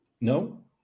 No